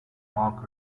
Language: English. mark